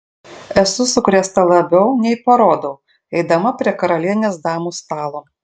esu sukrėsta labiau nei parodau eidama prie karalienės damų stalo